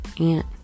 aunt